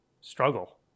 struggle